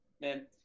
man